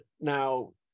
now